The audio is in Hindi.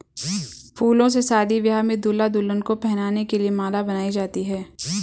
फूलों से शादी ब्याह में दूल्हा दुल्हन को पहनाने के लिए माला बनाई जाती है